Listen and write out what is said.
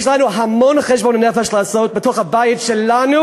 יש לנו המון חשבון-נפש לעשות בתוך הבית שלנו.